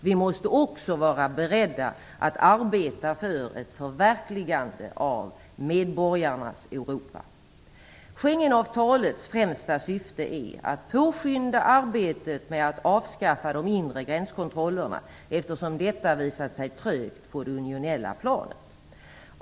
Vi måste också vara beredda att arbeta för ett förverkligande av medborgarnas Schengenavtalets främsta syfte är att påskynda arbetet med att avskaffa de inre gränskontrollerna, eftersom detta visat sig gå trögt på det unionella planet.